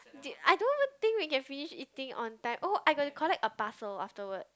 I don't even think we can finish eating on time oh I got to collect a parcel afterwards